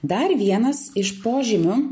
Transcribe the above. dar vienas iš požymių